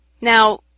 Now